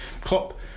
Klopp